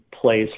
plays